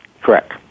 Correct